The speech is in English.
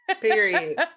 Period